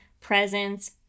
presence